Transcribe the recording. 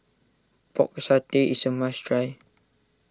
Pork Satay is a must try